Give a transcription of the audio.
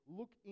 look